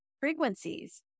frequencies